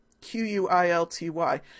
Q-U-I-L-T-Y